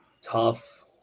tough